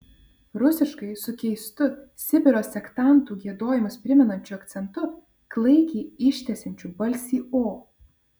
rusiškai su keistu sibiro sektantų giedojimus primenančiu akcentu klaikiai ištęsiančiu balsį o